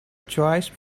choice